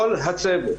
כל הצוות,